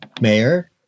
mayor